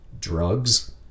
drugs